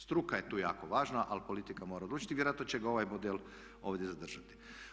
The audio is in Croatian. Struka je tu jako važna ali politika mora odlučiti i vjerojatno će ga ovaj model ovdje zadržati.